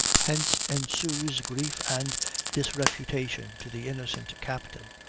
hence ensues grief and disreputation to the innocent captain,